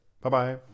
bye-bye